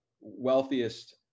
wealthiest